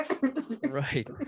Right